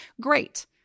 great